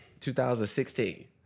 2016